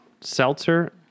Seltzer